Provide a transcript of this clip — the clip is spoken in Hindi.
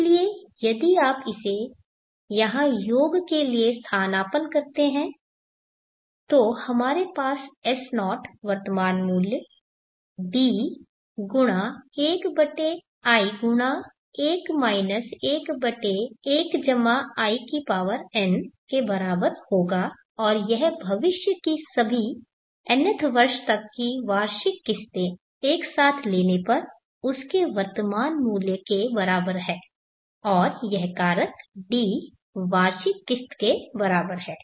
इसलिए यदि आप इसे यहाँ योग के लिए स्थानापन्न करते हैं तो हमारे पास S0 वर्तमान मूल्य D1i1 11in के बराबर होगा और यह भविष्य की सभी nth वर्ष तक की वार्षिक किश्तें एक साथ लेने पर उसके वर्तमान मूल्य के बराबर है और यह कारक D वार्षिक किश्त के बराबर है